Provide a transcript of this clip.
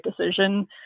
decision